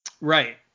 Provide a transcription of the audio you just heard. Right